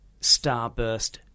Starburst